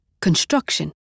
construction